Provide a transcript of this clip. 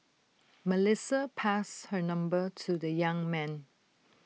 Melissa passed her number to the young man